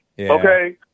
Okay